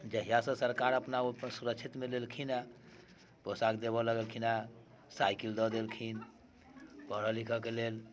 जहिआसँ सरकार अपना सुरक्षितमे लेलखिन यऽ पोशाक देबऽ लगलखिन हँ साइकिल दऽ देलखिन पढ़ऽ लिखऽके लेल